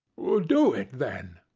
do it, then.